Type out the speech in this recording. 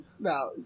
Now